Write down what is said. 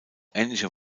ähnliche